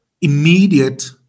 immediate